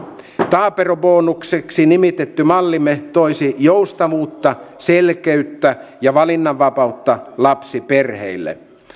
taaperobonukseksi nimitetty mallimme toisi joustavuutta selkeyttä ja valinnanvapautta lapsiperheille